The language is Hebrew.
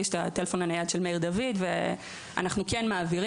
יש לי את הטלפון הנייד של מאיר דוד ואנחנו כן מעבירים,